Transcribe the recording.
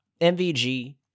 mvg